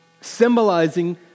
symbolizing